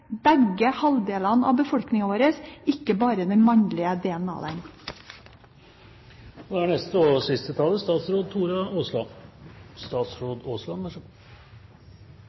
begge halvdelene av befolkningen vår, ikke bare den mannlige delen av den.